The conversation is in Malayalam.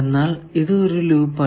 എന്നാൽ ഇത് ഒരു ലൂപ്പ് അല്ല